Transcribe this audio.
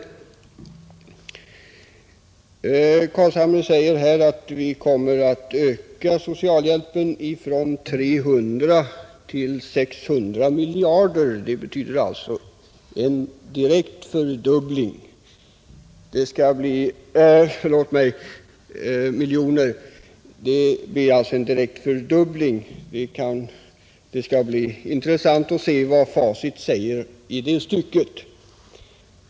Herr Carlshamre säger här att vi kommer att öka socialhjälpen från 300 miljoner till 600 miljoner kronor. Det betyder alltså en direkt fördubbling. Det skall bli intressant att se vad facit säger i det stycket.